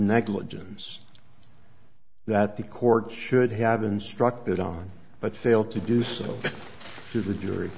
negligence that the court should have instructed on but failed to do so to the jury